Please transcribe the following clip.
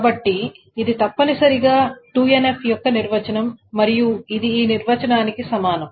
కాబట్టి ఇది తప్పనిసరిగా 2NF యొక్క నిర్వచనం మరియు ఇది ఈ నిర్వచనానికి సమానం